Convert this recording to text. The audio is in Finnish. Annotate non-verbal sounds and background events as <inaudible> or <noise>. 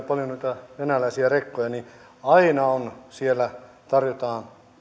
<unintelligible> paljon noita venäläisiä rekkoja että aina sieltä tarjotaan